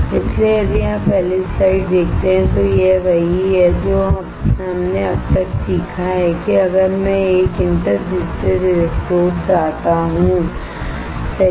इसलिए यदि आप पहली स्लाइड देखते हैं तो यह वही है जो हमने अब तक सीखा है कि अगर मैं एक इंटर डिजिटेड इलेक्ट्रोड चाहता हूं सही